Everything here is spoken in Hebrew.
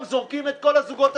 בוודאי ברוב הערים במדינת ישראל.